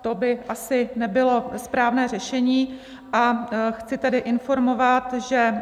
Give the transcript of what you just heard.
To by asi nebylo správné řešení, a chci tedy informovat, že